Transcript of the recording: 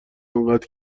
انقدر